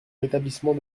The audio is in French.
rétablissement